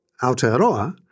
Aotearoa